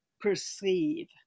perceive